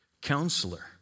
Counselor